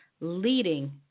leading